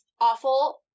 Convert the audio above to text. awful